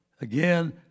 again